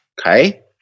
Okay